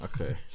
Okay